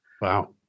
Wow